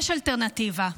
יש אלטרנטיבה.